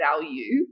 value